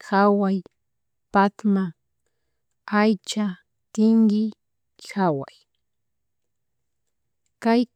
jawa, patma, aycha, tingui, jawa, kay